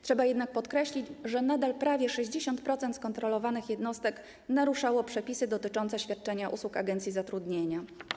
Trzeba jednak podkreślić, że nadal prawie 60% skontrolowanych jednostek naruszało przepisy dotyczące świadczenia usług agencji zatrudnienia.